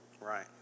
Right